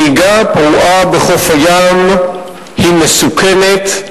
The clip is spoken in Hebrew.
נהיגה פרועה בחוף הים היא מסוכנת,